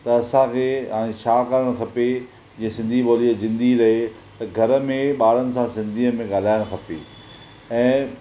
त असांखे हाणे छा करणु खपे जीअं सिंधी ॿोली जीअंदी रहे त घर में ॿारनि सां सिंधीअ में ॻाल्हाइणु खपे ऐं